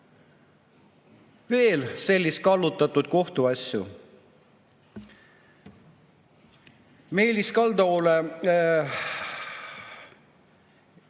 Veel selliseid kallutatud kohtuasju. Meelis Kaldalule